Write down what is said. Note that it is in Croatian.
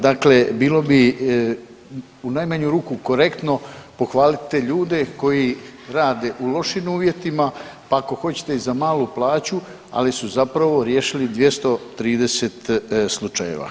Dakle, bilo bi u najmanju ruku korektno pohvaliti te ljude koji rade u lošim uvjetima, pa ako hoćete i za malu plaću, ali su zapravo riješili 230 slučajeva.